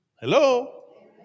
Hello